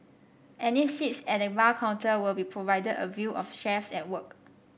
any seats at the bar counter will be provided a view of chefs at work